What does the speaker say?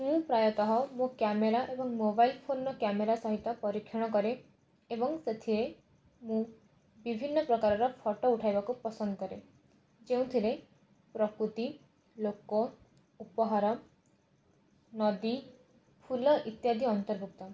ମୁଁ ପ୍ରାୟତଃ ମୋ କ୍ୟାମେରା ଏବଂ ମୋବାଇଲ୍ ଫୋନ୍ ର କ୍ୟାମେରା ସହିତ ପରୀକ୍ଷଣ କରେ ଏବଂ ସେଥିରେ ମୁଁ ବିଭିନ୍ନ ପ୍ରକାରର ଫଟୋ ଉଠାଇବାକୁ ପସନ୍ଦ କରେ ଯେଉଁଥିରେ ପ୍ରକୃତି ଲୋକ ଉପହାର ନଦୀ ଫୁଲ ଇତ୍ୟାଦି ଅନ୍ତର୍ଭୁକ୍ତ